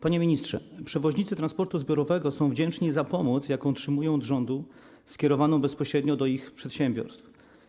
Panie ministrze, przewoźnicy transportu zbiorowego są wdzięczni za pomoc, jaką otrzymują od rządu, skierowaną bezpośrednio do ich przedsiębiorstw.